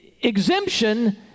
exemption